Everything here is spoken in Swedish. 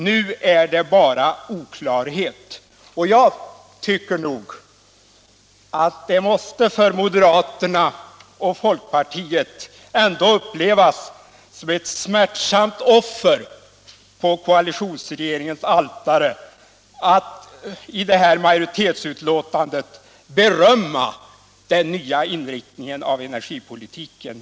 Nu är det bara oklarhet. Jag tycker att det av moderaterna och folkpartiet ändå måste upplevas som ett smärtsamt offer på koalitionsregeringens altare att i det här majoritetsbetänkandet berömma den nya inriktningen av energipolitiken.